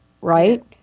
right